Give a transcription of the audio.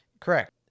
Correct